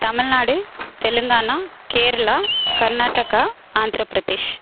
Tamil Nadu Telangana Kerala Karnataka Andhra Pradesh